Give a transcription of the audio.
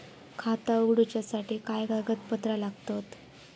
खाता उगडूच्यासाठी काय कागदपत्रा लागतत?